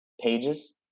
pages